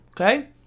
Okay